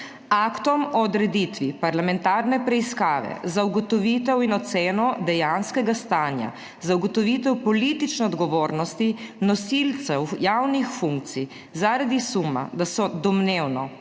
Aktom o odreditvi parlamentarne preiskave za ugotovitev in oceno dejanskega stanja, za ugotovitev politične odgovornosti nosilcev javnih funkcij zaradi suma, da so domnevno